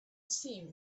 seemed